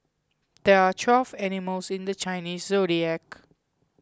there are twelve animals in the Chinese zodiac